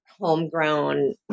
homegrown